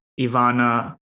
Ivana